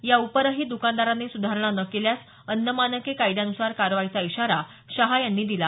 या उपरही दुकानदारांनी सुधारणा न केल्यास अन्न मानके कायद्यान्सार कारवाईचा इशारा शहा यांनी दिला